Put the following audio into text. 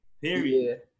Period